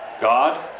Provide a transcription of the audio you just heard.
God